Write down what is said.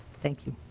thank you.